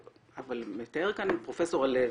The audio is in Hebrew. אבל מתאר כאן פרופ' הלוי,